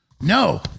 No